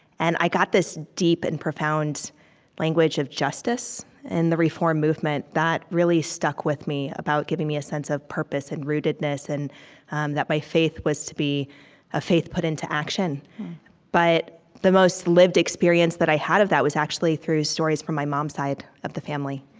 and i got this deep and profound language of justice in the reform movement that really stuck with me, about giving me a sense of purpose and rootedness and um that my faith was to be a faith put into action but the most lived experience that i had of that was actually through stories from my mom's side of the family,